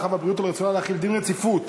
הרווחה והבריאות על רצונה להחיל דין רציפות